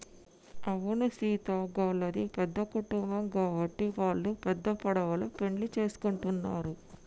అవును సీత గళ్ళది పెద్ద కుటుంబం గాబట్టి వాల్లు పెద్ద పడవలో పెండ్లి సేసుకుంటున్నరు